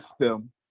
system